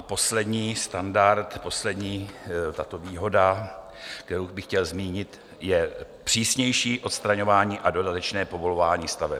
Poslední standard, poslední tato výhoda, kterou bych chtěl zmínit, je přísnější odstraňování a dodatečné povolování staveb.